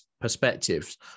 perspectives